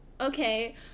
okay